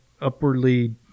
upwardly